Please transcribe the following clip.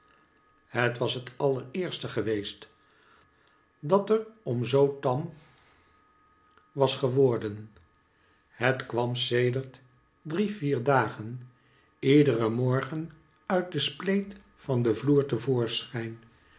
het was het allereerste geweest dat er om zoo om was geworden het kwam scdert drie vier dagen iedcren morgen uit de spleet van den vloer